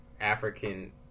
African